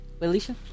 Alicia